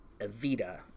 Evita